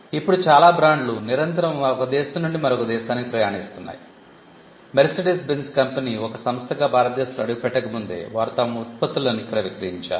ఇప్పుడు చాలా బ్రాండ్లు నిరంతరం ఒక దేశం నుండి మరొక దేశానికి ప్రయాణిస్తున్నాయి మెర్సిడెస్ బెంజ్ కంపెనీ ఒక సంస్థగా భారతదేశంలో అడుగు పెట్టక ముందే వారు తమ ఉత్పత్తులను ఇక్కడ విక్రయించారు